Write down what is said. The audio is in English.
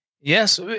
Yes